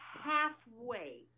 halfway